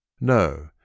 No